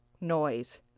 noise